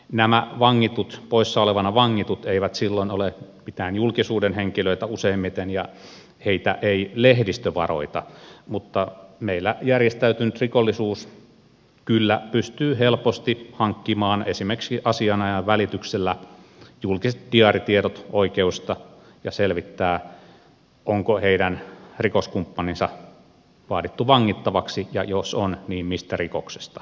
nämä vangitut poissaolevana vangitut eivät silloin ole mitään julkisuuden henkilöitä useimmiten ja heitä ei lehdistö varoita mutta meillä järjestäytynyt rikollisuus kyllä pystyy helposti hankkimaan esimerkiksi asianajajan välityksellä julkiset diaaritiedot oikeudesta ja selvittämään onko heidän rikoskumppaninsa vaadittu vangittavaksi ja jos on niin mistä rikoksesta